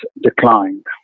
declined